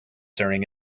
during